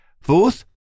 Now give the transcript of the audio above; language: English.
Fourth